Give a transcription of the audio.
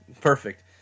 Perfect